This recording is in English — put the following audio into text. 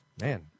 Man